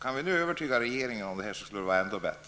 Om vi kan övertyga regeringen om detta skulle det vara ännu bättre.